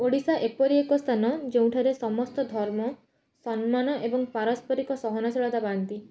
ଓଡ଼ିଶା ଏପରି ଏକ ସ୍ଥାନ ଯେଉଁଠାରେ ସମସ୍ତ ଧର୍ମ ସମ୍ମାନ ଏବଂ ପାରସ୍ପରିକ ସହନଶୀଳତା ପାଆନ୍ତି